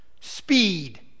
Speed